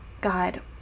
God